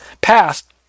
passed